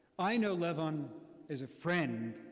i know levon as a friend.